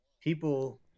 people